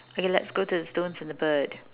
okay let's go to the stones and the bird